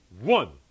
One